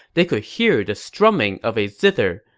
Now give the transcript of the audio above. they could hear the strumming of a zither,